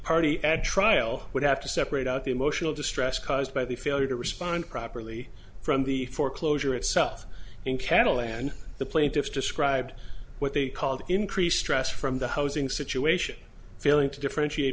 party at trial would have to separate out the emotional distress caused by the failure to respond properly from the foreclosure itself in cattle and the plaintiff described what they called increased stress from the housing situation failing to differentiate